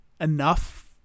enough